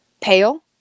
pale